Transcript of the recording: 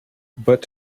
but